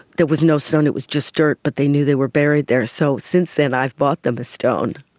there was no stone, it was just dirt, but they knew they were buried there. so since then i've bought them a stone,